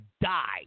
die